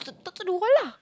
talk to the wall lah